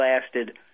lasted